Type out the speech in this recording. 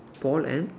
Paul and